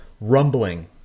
Rumbling